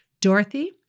Dorothy